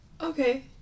okay